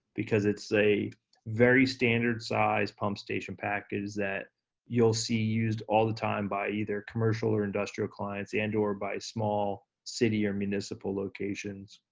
because it's a very standard sized pump station package that you'll see used all the time by either commercial or industrial clients and or by small city or municipal locations.